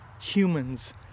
humans